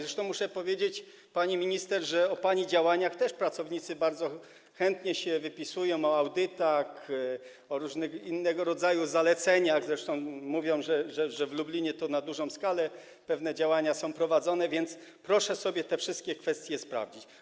Zresztą muszę powiedzieć, pani minister, że o pani działaniach też pracownicy bardzo chętnie wypisują, o audytach, o innego rodzaju zaleceniach, mówią, że w Lublinie to na dużą skalę pewne działania są prowadzone, więc proszę sobie te wszystkie kwestie sprawdzić.